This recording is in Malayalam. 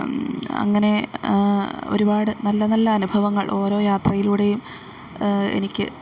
അങ്ങനെ ഒരുപാട് നല്ല നല്ല അനുഭവങ്ങൾ ഓരോ യാത്രയിലൂടെയും എനിക്ക്